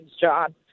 John